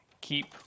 keep